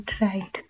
right